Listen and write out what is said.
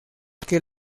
que